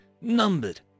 numbered